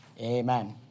Amen